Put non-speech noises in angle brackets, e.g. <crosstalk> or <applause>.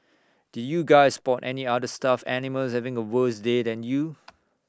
did you guys spot any other stuffed animals having A worse day than you <noise>